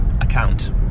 account